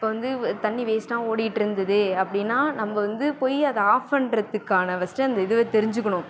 இப்போ வந்து தண்ணி வேஸ்ட்டாக ஓடிகிட்டுருந்துது அப்படின்னா நம்ப வந்து போய் அதை ஆஃப் பண்ணுறத்துக்கான ஃபஸ்ட்டு அந்த இதுவை தெரிஞ்சுக்கணும்